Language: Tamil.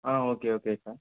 ah okay okay sir